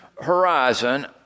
horizon